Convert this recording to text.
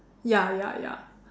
ya ya ya